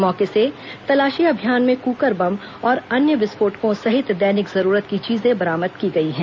मौके से तलाशी अभियान में कुकर बम और अन्य विस्फोटकों सहित दैनिक जरूरत की चीजें बरामद की गई हैं